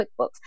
QuickBooks